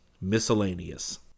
Miscellaneous